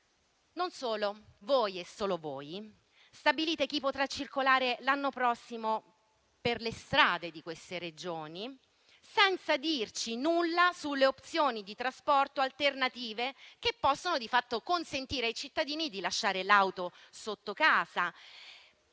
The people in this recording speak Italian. Non solo: voi e solo voi stabilite chi potrà circolare l'anno prossimo per le strade di queste Regioni, senza dirci nulla sulle opzioni di trasporto alternative che possono di fatto consentire ai cittadini di lasciare l'auto sotto casa.